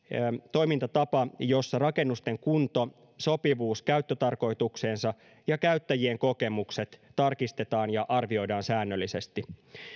toimintatapa jossa rakennusten kunto sopivuus käyttötarkoitukseensa ja käyttäjien kokemukset tarkistetaan ja arvioidaan säännöllisesti